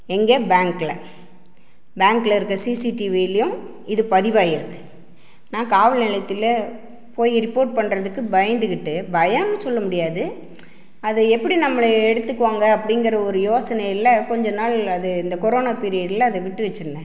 எங்கே பேங்க்குல பேங்க்ல இருக்க சிசிடிவிலையும் இது பதிவாயிருக்குது நான் காவல் நிலையத்தில் போய் ரிப்போர்ட் பண்ணுறதுக்கு பயந்துக்கிட்டு பயம்னு சொல்ல முடியாது அது எப்படி நம்மளை எடுத்துக்குவாங்க அப்படிங்கிற ஒரு யோசனையில் கொஞ்சம் நாள் அது இந்த கொரோனா பீரியட்ல அது விட்டு வச்சிருந்தேன்